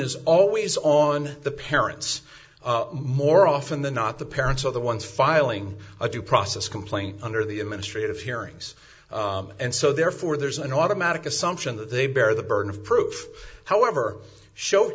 is always on the parents more often than not the parents are the ones filing a due process complaint under the administrative hearings and so therefore there's an automatic assumption that they bear the burden of proof however show